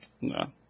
No